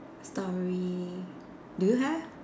story do you have